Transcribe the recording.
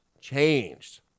changed